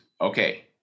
Okay